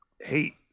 hate